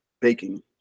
Baking